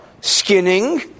skinning